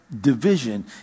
division